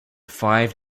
five